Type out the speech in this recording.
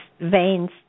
veins